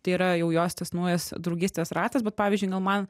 tai yra jau jos tas naujas draugystės ratas bet pavyzdžiui gal man